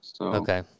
Okay